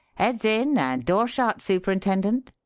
eads in and door shut, superintendent,